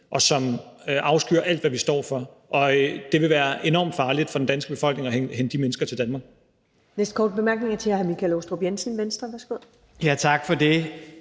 og som afskyr alt, hvad vi står for. Og det vil være enormt farligt for den danske befolkning at hente de mennesker til Danmark.